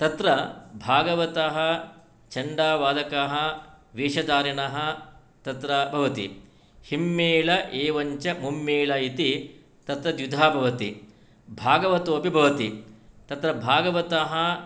तत्र भागवतम् चण्डावादकः वेषधारिणः तत्र भवति हिम्मेल एवञ्च उम्मेल इति तत्र द्विधा भवति भागवतोपि भवति तत्र भागवतम्